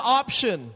option